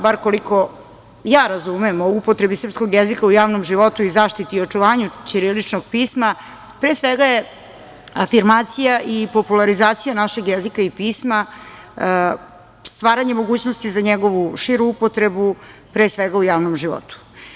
Bar koliko ja razume o upotrebi srpskog jezika u javnom životu i zaštiti i očuvanju ćiriličnog pisma, pre svega je afirmacija i popularizacija našeg jezika i pisma, stvaranje mogućnosti za njegovu širu upotrebu, pre svega u javnom životu.